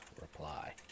reply